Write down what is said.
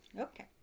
Okay